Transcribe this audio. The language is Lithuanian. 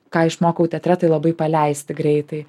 ką išmokau teatre tai labai paleisti greitai